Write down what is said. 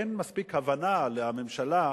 אין מספיק הבנה לממשלה,